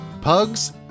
pugs